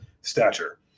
stature